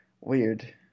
weird